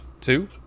two